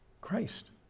Christ